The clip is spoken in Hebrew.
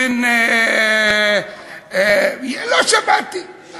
לא שמעתי.